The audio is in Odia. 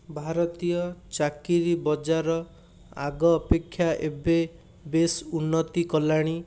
ଭାରତୀୟ ଚାକିରୀ ବଜାର ଆଗ ଅପେକ୍ଷା ଏବେ ବେଶ୍ ଉନ୍ନତି କଲାଣି